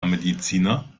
mediziner